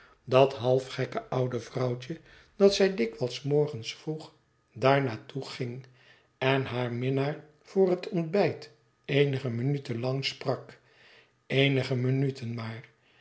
dat halfgekke oude vrouwtje dat zij dikwijls s morgens vroeg daar naar toe ging en haar minnaar voor het ontbijt eenige minuten lang sprak eenige minuten maar